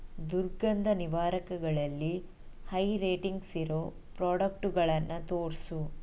ದುರ್ಗಂಧ ನಿವಾರಕಗಳಲ್ಲಿ ಹೈ ರೇಟಿಂಗ್ಸಿರೋ ಪ್ರಾಡಕ್ಟುಗಳನ್ನು ತೋರಿಸು